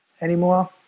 anymore